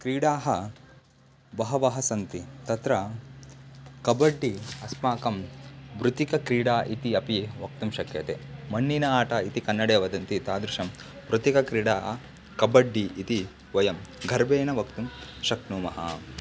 क्रीडाः बहवः सन्ति तत्र कब्बड्डि अस्माकं मृतिकक्रीडा इति अपि वक्तुं शक्यते मण्णिन आट इति कन्नडे वदन्ति तादृशं मृत्तिकक्रीडा कब्बड्डि इति वयं गर्वेण वक्तुं शक्नुमः